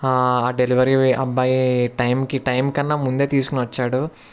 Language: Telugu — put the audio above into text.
ఆ డెలివరీ అబ్బాయి టైంకి టైం కన్నా ముందే తీసుకోని వచ్చాడు